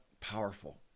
powerful